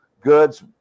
goods